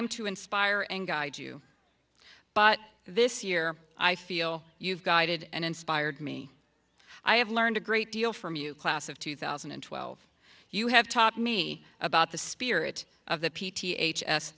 am to inspire and guide you but this year i feel you've guided and inspired me i have learned a great deal from you class of two thousand and twelve you have taught me about the spirit of the